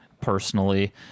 personally